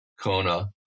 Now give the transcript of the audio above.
Kona